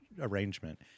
arrangement